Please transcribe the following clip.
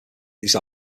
these